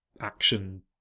action